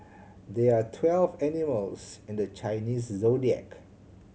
there are twelve animals in the Chinese Zodiac